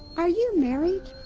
are you married?